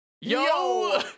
Yo